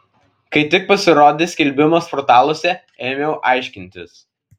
kai tik pasirodė skelbimas portaluose ėmiau aiškintis